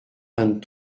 vingt